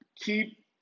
Keep